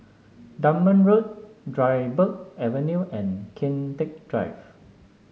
Dunman Road Dryburgh Avenue and Kian Teck Drive